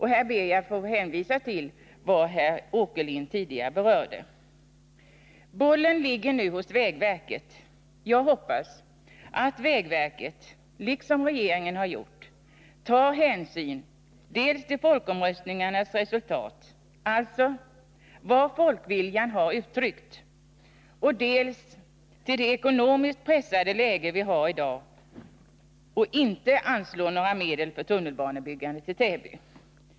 Här ber jag att få hänvisa till vad herr Åkerlind tidigare berörde. Bollen ligger nu hos vägverket. Jag hoppas att vägverket, liksom regeringen har gjort, tar hänsyn dels till folkomröstningarnas resultat, alltså vad folkviljan har uttryckt, dels till det ekonomiskt pressade läge vi har i dag och inte anslår några medel för tunnelbanebyggande till Täby.